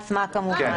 למעט הממשלה עצמה כמובן.